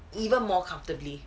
even more comfortably